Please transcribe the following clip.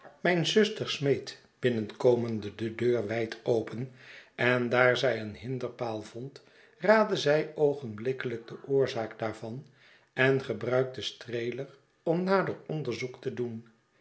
mijne zuster smeet binnenkomende de deur wijd open en daar zij een hinderpaal vond raadde zij oogenblikkelijk de oorzaak daarvan en gebruikte streeier om nader onderzoek te doen